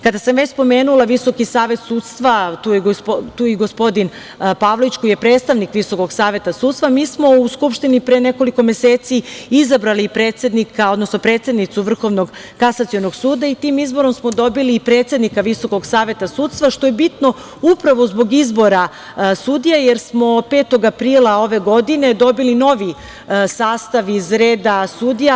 Kada sam već spomenula Visoki savet sudstva, tu je i gospodin Pavlović, koji je predstavnik Viskog saveta sudstva, mi smo u Skupštini pre nekoliko meseci izabrali predsednicu Vrhovnog kasacionog suda i tim izborom smo dobili i predsednika Viskog saveta sudstva, što je bitno upravo zbog izbora sudija, jer smo 5. aprila ove godine dobili novi sastav iz reda sudija.